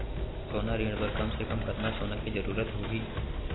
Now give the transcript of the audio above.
सोना ऋण बर कम से कम कतना सोना के जरूरत होही??